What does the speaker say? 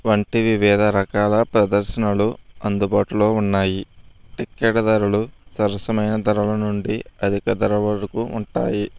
వంటి వివిధ రకాల ప్రదర్శనలు అందుబాటులో ఉన్నాయి టికెట్ ధరలు సరసమైన ధరల నుండి అధిక ధరల వరకు ఉంటాయి